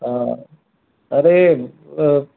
हा अरे